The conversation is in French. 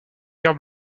bière